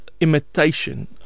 imitation